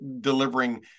delivering